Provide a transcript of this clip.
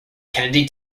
kennedy